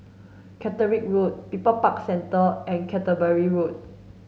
Caterick Road People's Park Centre and Canterbury Road